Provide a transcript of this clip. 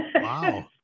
Wow